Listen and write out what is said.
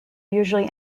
usually